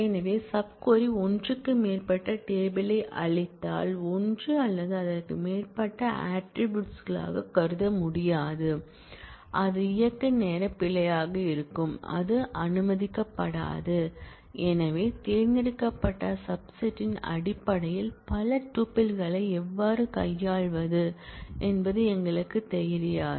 எனவே sub query ஒன்றுக்கு மேற்பட்ட டேபிள் யை அளித்தால் ஒன்று அல்லது அதற்கு மேற்பட்ட ஆட்ரிபூட்ஸ் களாக கருத முடியாது அது இயக்க நேர பிழையாக இருக்கும் அது அனுமதிக்கப்படாது ஏனென்றால் தேர்ந்தெடுக்கப்பட்ட சப் செட்ன் அடிப்படையில் பல டூப்பிள்களை எவ்வாறு கையாள்வது என்பது எங்களுக்குத் தெரியாது